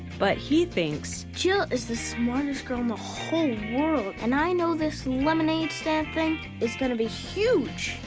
but he thinks. jill is the smartest girl in the whole world, and i know this lemonade stand thing is gonna be huge.